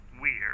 Weird